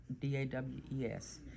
D-A-W-E-S